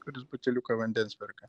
kuris buteliuką vandens perka